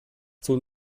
tun